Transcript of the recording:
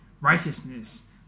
righteousness